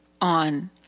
on